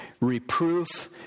reproof